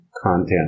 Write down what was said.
content